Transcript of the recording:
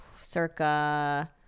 Circa